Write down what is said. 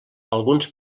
alguns